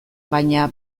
baina